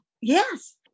Yes